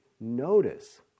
notice